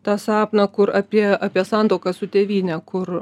tą sapną kur apie apie santuoką su tėvyne kur